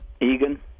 Egan